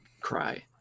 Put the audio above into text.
cry